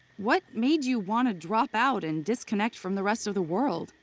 what made you want to drop out and disconnect from the rest of the world?